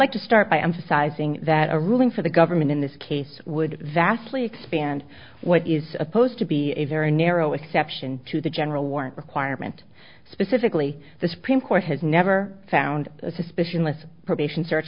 like to start by emphasizing that a ruling for the government in this case would vastly expand what is supposed to be a very narrow exception to the general warrant requirement specifically the supreme court has never found suspicion with probation search